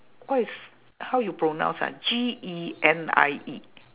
what is how you pronounce ah G E N I E